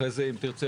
אחרי זה אם תרצה,